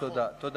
תודה.